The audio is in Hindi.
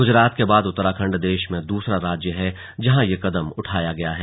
गुजरात के बाद उत्तराखण्ड देश में दूसरा राज्य है जहां ये कदम उठाया गया है